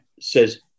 says